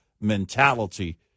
mentality